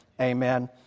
amen